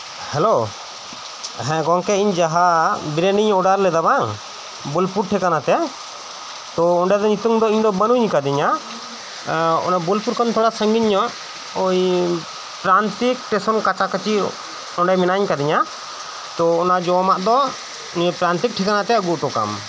hello ᱦᱮᱸ ᱜᱚᱝᱠᱮ ᱤᱧ ᱡᱟᱦᱟᱸ ᱵᱤᱨᱟᱭᱱᱤᱧ ᱚᱰᱟᱨᱞᱮᱫᱟ ᱵᱟᱝ ᱵᱚᱞᱯᱩᱨ ᱴᱤᱠᱟᱱᱟᱛᱮ ᱛᱚ ᱤᱧᱫᱚ ᱱᱤᱛᱚᱝᱫᱚ ᱵᱟᱹᱱᱩᱧ ᱟᱠᱟᱫᱤᱧᱟᱹᱚᱱᱮ ᱵᱚᱞᱯᱩᱨᱠᱷᱚᱱ ᱛᱷᱚᱲᱟ ᱥᱟᱹᱜᱤᱧ ᱧᱚᱜ ᱳᱭ ᱯᱨᱟᱱᱛᱤᱠ ᱴᱮᱥᱚᱱ ᱠᱟᱪᱟᱠᱟᱹᱪᱤ ᱚᱸᱰᱮ ᱢᱮᱱᱟᱧ ᱟᱠᱟᱫᱤᱧᱟᱹ ᱛᱚ ᱚᱱᱟ ᱡᱚᱢᱟᱜ ᱫᱚ ᱱᱤᱭᱟᱹ ᱯᱨᱟᱱᱛᱤᱠ ᱴᱷᱤᱠᱟᱱᱟᱛᱮ ᱟᱹᱜᱩ ᱩᱴᱩᱠᱟᱢ